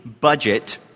budget